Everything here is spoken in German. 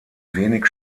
wenig